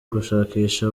gushakisha